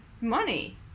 money